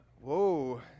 Whoa